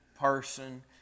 person